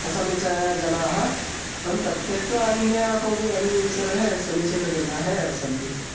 असमीचतया जनाः परं तत् त्यक्त्वा अन्ये कोऽपि अन्ये सर्वेः समीचीनजनाः एव सन्ति